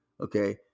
Okay